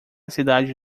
cidade